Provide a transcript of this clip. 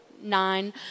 nine